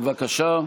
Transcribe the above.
בבקשה.